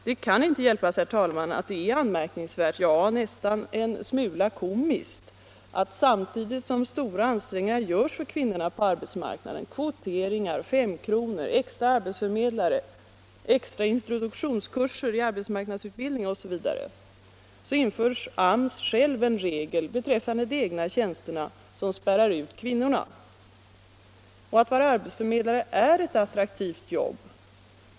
Det kan inte hjälpas, herr talman, att det är anmärkningsvärt, ja nästan en smula komiskt, att samtidigt som stora ansträngningar görs för kvinnorna på arbetsmarknaden — kvoteringar, femkronor, extra arbetsförmedlare, extra introduktionskurser i arbetsmarknadsutbildning osv. — inför AMS själv en regel beträffande de egna tjänsterna som spärrar ut kvinnorna. Och att vara arbetsförmedlare är ett attraktivt jobb.